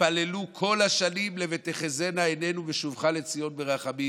התפללו כל השנים ל"ותחזינה עינינו בשובך לציון ברחמים".